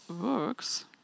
works